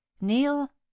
neil